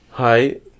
Hi